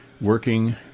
working